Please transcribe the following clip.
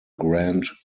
grand